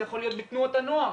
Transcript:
זה יכול להיות בתנועות הנוער,